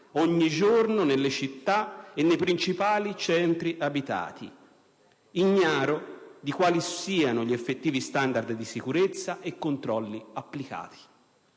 ogni giorno nelle città e nei principali centri abitati, ignaro di quali siano gli effettivi standard di sicurezza e controlli applicati.